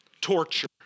torture